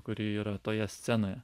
kuri yra toje scenoje